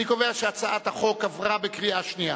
אני קובע שהצעת החוק עברה בקריאה שנייה.